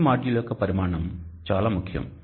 PV module యొక్క పరిమాణం చాలా ముఖ్యం